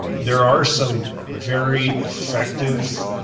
there are some very effective,